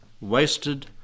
wasted